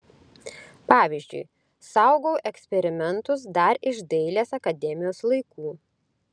pavyzdžiui saugau eksperimentus dar iš dailės akademijos laikų